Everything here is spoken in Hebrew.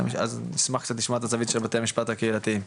נשמח לשמוע את הזווית של בתי המשפט הקהילתיים.